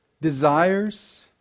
desires